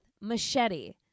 machete